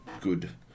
good